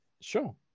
sure